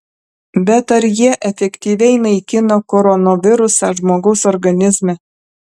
bet ar jie efektyviai naikina koronavirusą žmogaus organizme